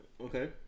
okay